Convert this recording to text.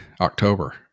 October